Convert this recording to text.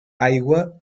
aigua